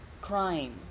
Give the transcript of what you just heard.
crime